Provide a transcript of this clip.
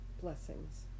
Blessings